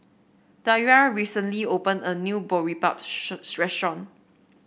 Daria recently opened a new Boribap restaurant